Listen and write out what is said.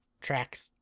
tracks